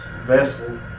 vessel